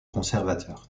conservateurs